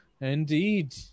indeed